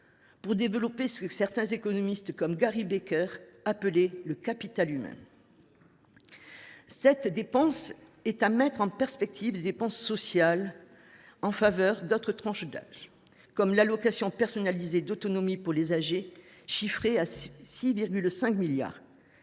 pour développer ce que certains économistes, comme Gary Becker, appellent le « capital humain ». Ce coût est à mettre en perspective des dépenses sociales en faveur d’autres tranches d’âges, comme l’allocation personnalisée d’autonomie pour les plus âgés, chiffrée à 6,5 milliards